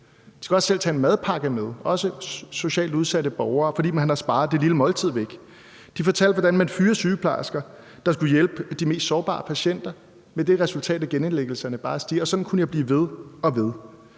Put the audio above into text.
De skal også selv tage en madpakke med, også socialt udsatte borgere, fordi man har sparet det lille måltid væk. De fortalte, hvordan man fyrer sygeplejersker, der skulle hjælpe de mest sårbare patienter, med det resultat, at genindlæggelserne bare stiger, og sådan kunne jeg blive ved og ved.